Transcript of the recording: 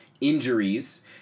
injuries